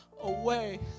away